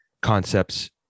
Concepts